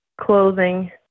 clothing